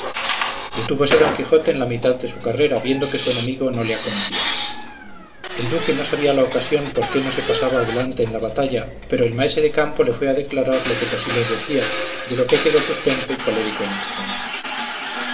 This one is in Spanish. detúvose don quijote en la mitad de su carrera viendo que su enemigo no le acometía el duque no sabía la ocasión porque no se pasaba adelante en la batalla pero el maese de campo le fue a declarar lo que tosilos decía de lo que quedó suspenso y colérico en estremo